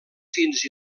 fins